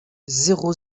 zéro